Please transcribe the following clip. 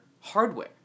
hardware